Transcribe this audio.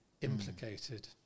implicated